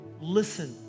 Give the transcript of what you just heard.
listen